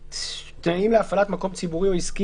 "9א.תנאים להפעלת מקום ציבורי או עסקי